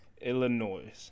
Illinois